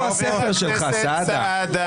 איפה הספר שלך, סעדה?